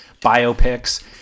biopics